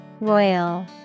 Royal